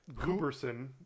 gooberson